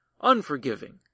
unforgiving